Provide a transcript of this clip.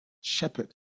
Shepherd